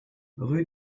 rue